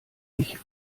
mich